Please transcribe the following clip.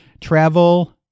travel